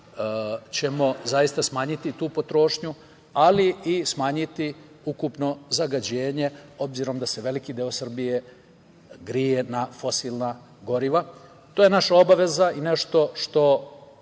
ćemo smanjiti tu potrošnju, ali i smanjiti ukupno zagađenje, obzirom da se veliki deo Srbije greje na fosilna goriva. To je naša obaveza i nešto što